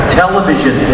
television